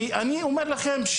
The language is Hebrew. אז אני אומר לכם,